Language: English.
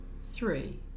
three